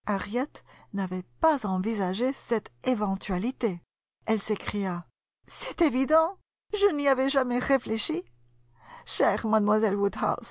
n'avait pas envisagé cette éventualité elle s'écria c'est évident je n'y avais jamais réfléchi chère